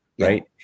Right